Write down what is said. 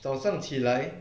早上起来